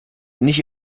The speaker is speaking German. nicht